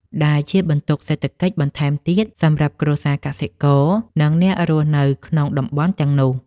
ដែលជាបន្ទុកសេដ្ឋកិច្ចបន្ថែមទៀតសម្រាប់គ្រួសារកសិករ និងអ្នករស់នៅក្នុងតំបន់ទាំងនោះ។